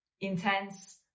intense